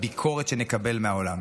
הביקורת שנקבל מהעולם.